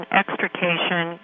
extrication